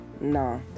nah